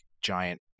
Giant